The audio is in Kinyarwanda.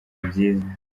byiza